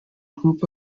group